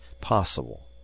possible